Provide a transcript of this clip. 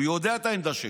הוא יודע את העמדה שלי.